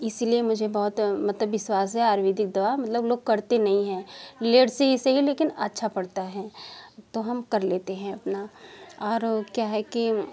इसलिए बहुत मतलब विश्वास है आयुरवेदिक दवा मतलब लोग करते नहीं है लेट से ही सही लेकिन अच्छा पड़ता है तो हम कर लेते हैं अपना और क्या है कि